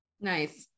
Nice